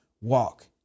walk